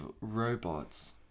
robots